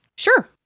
Sure